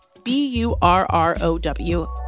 B-U-R-R-O-W